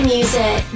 Music